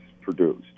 produced